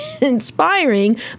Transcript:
inspiring